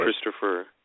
Christopher